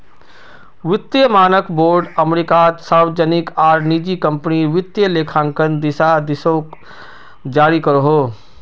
वित्तिय मानक बोर्ड अमेरिकात सार्वजनिक आर निजी क्म्पनीर वित्तिय लेखांकन दिशा निर्देशोक जारी करोहो